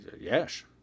Yes